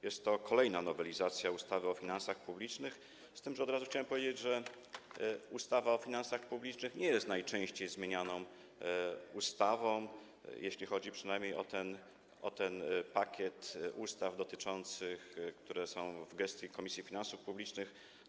Jest to kolejna nowelizacja ustawy o finansach publicznych, z tym że od razu chciałem powiedzieć, że ustawa o finansach publicznych nie jest najczęściej zmienianą ustawą, jeśli chodzi przynajmniej o ten pakiet ustaw, które są w gestii Komisji Finansów Publicznych.